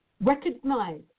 recognize